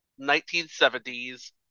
1970s